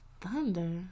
Thunder